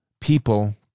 people